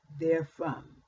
therefrom